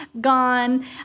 gone